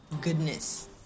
Goodness